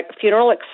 funeral